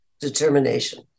Determination